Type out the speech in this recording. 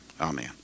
amen